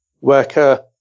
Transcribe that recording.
worker